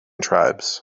tribes